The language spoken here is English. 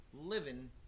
Living